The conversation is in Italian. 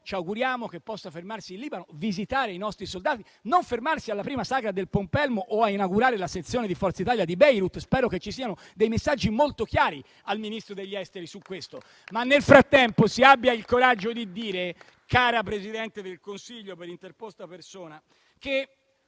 ci auguriamo che possa fermarsi in Libano, visitare i nostri soldati, e non fermarsi alla prima sagra del pompelmo o a inaugurare la sezione di Forza Italia di Beirut. Spero che ci siano dei messaggi molto chiari al ministro Tajani a tale riguardo. Nel frattempo si abbia il coraggio di dire - cara Presidente del Consiglio per interposta persona - che,